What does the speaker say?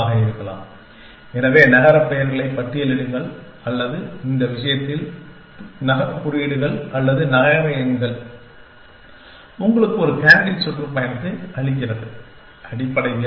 ஆக இருக்கலாம் எனவே நகரப் பெயர்களை பட்டியலிடுங்கள் அல்லது இந்த விஷயத்தில் நகர குறியீடுகள் அல்லது நகர எண்கள் உங்களுக்கு ஒரு கேண்டிடேட் சுற்றுப்பயணத்தை அளிக்கிறது அடிப்படையில்